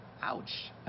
ouch